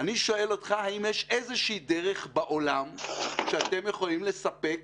אני שואל אותך האם יש איזושהי דרך בעולם שאתם יכולים לספק